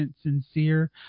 sincere